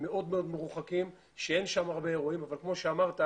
מאוד מאוד מרוחקים שאין שם הרבה אירועים אבל כמו שאמרת,